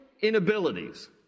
inabilities